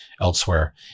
elsewhere